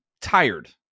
tired